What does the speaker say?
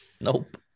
Nope